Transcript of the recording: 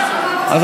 דבר.